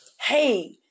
hey